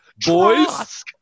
Boys